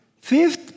Fifth